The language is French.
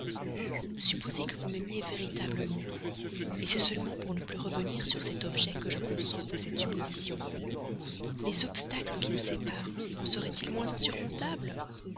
supposé que vous m'aimiez véritablement c'est seulement pour ne plus revenir sur cet objet que je consens à cette supposition les obstacles qui nous séparent en seraient-ils moins insurmontables